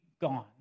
gone